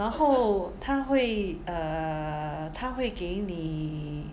然后他会 err 他会给你